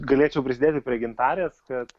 galėčiau prisidėti prie gintarės kad